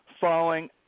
following